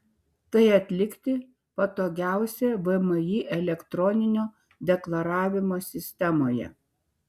tai atlikti patogiausia vmi elektroninio deklaravimo sistemoje